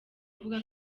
avuga